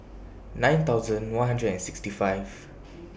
nine thousand one hundred and sixty five